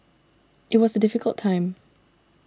it was a difficult time